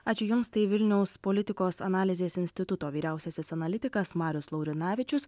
ačiū jums tai vilniaus politikos analizės instituto vyriausiasis analitikas marius laurinavičius